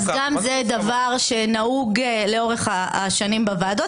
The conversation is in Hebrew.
אז גם זה דבר שנהוג לאורך השנים בוועדות.